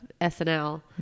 SNL